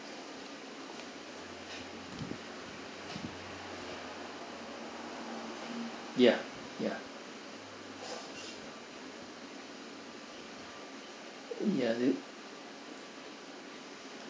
ya ya ya